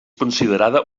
considerada